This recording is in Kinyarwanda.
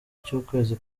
cy’ukwezi